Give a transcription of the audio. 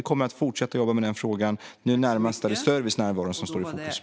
Vi kommer att fortsätta arbeta med den här frågan. Nu närmast är det servicenärvaron som står i fokus.